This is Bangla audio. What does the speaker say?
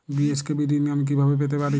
বি.এস.কে.বি ঋণ আমি কিভাবে পেতে পারি?